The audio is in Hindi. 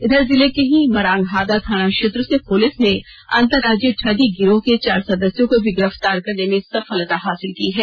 इधर जिले के ही मरांगहादा थाना क्षेत्र से पुलिस ने अंतरराज्यीय ठगी गिरोह के चार सदस्यों को भी गिरफ्तार करने में सफलता हासिल की है